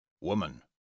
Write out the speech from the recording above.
Woman